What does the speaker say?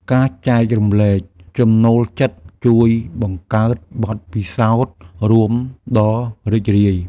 ការចែករំលែកចំណូលចិត្តជួយបង្កើតបទពិសោធន៍រួមដ៏រីករាយ។